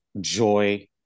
joy